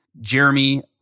Jeremy